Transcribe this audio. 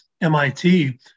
MIT